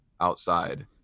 outside